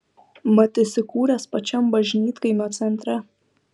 mat įsikūręs pačiam bažnytkaimio centre